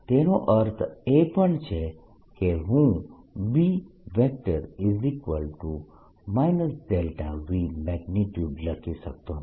એનો અર્થ એ પણ છે કે હું B Vmag લખી શકતો નથી